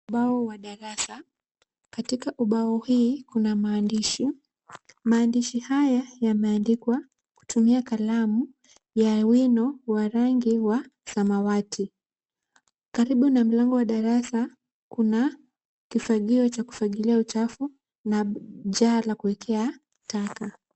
Ubao wa darasa. Katika ubao hii kuna maandishi. Maandishi haya yameandikwa kutumia kalamu ya wino wa rangi wa samawati. Karibu na mlango wa darasa, kuna kifagio cha kufagilia uchafu, na jar la kuwekea taka.